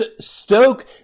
stoke